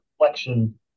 reflection